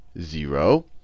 zero